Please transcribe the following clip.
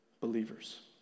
believers